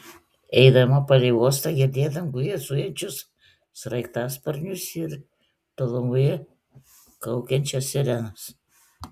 eidama palei uostą girdėjo danguje zujančius sraigtasparnius ir tolumoje kaukiančias sirenas